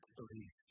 believe